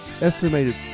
estimated